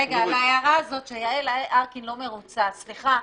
להערה הזאת שיעל ארקין לא מרוצה סליחה,